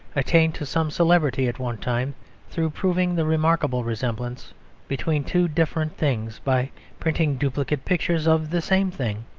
attained to some celebrity at one time through proving the remarkable resemblance between two different things by printing duplicate pictures of the same thing.